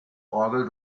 orgel